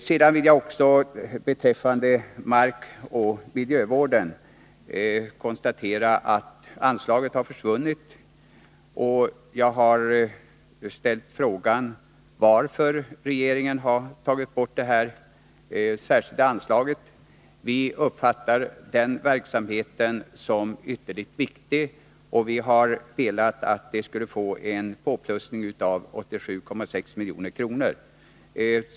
Sedan vill jag beträffande markoch miljövården konstatera att anslaget till detta ändamål har försvunnit. Jag har frågat varför regeringen har tagit bort detta särskilda anslag. Vi uppfattar denna verksamhet såsom ytterligt viktig och har velat att anslaget skulle få en påplussning med 87,6 milj.kr.